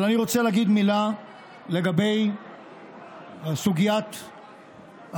אבל אני רוצה להגיד מילה לגבי סוגיית הדו-צדדי,